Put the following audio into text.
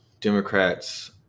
Democrats